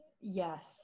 Yes